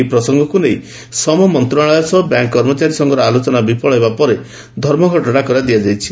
ଏହି ପ୍ରସଙ୍ଗକୁ ନେଇ ଶ୍ରମ ମନ୍ତଶାଳୟ ସହ ବ୍ୟାଙ୍କ୍ କର୍ମଚାରୀ ସଂଘର ଆଲୋଚନା ବିଫଳ ହେବା ପରେ ଧର୍ମଘଟ ଡାକରା ଦିଆଯାଇଛି